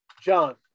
John